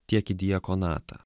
tiek į diakonatą